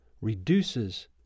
reduces